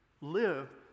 live